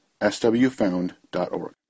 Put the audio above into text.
swfound.org